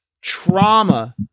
Trauma